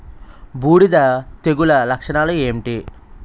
బూడిద తెగుల లక్షణాలు ఏంటి?